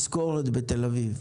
משכורת בתל אביב.